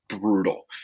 brutal